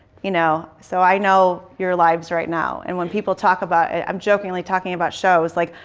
you know so i know your lives right now. and when people talk about it i'm jokingly talking about shows. like,